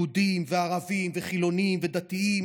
יהודים וערבים וחילונים ודתיים,